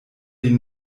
die